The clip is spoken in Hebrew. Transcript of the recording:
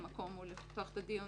שהמקום הוא לפתוח את הדיון